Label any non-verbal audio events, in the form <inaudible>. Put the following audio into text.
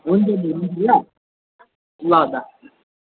<unintelligible> ल दा